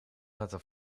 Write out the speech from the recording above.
laten